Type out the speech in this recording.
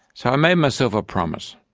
so i made myself a promise.